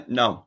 no